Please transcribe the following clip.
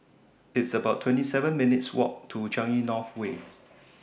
It's about twenty seven minutes' Walk to Changi North Way